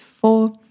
four